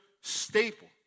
staple